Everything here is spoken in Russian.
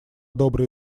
добрые